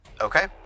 Okay